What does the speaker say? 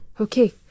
Okay